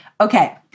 Okay